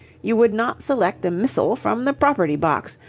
you would not select a missile from the property box.